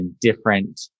different